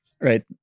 right